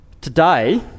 Today